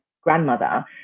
grandmother